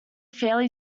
fairly